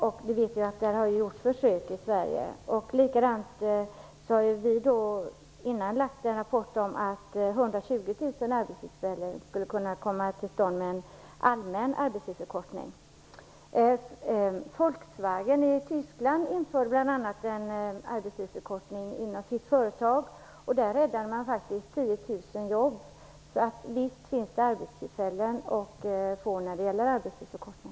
Vi vet att det har gjorts sådana försök i Sverige. Vi har vidare lagt fram en rapport som pekar på att 120 000 arbetstillfällen skulle kunna komma till stånd genom en allmän arbetstidsförkortning. Volkswagen i Tyskland har infört en arbetstidsförkortning i det egna företaget, varigenom man faktiskt räddade 10 000 jobb. Visst finns det arbetstillfällen att vinna genom en arbetstidsförkortning.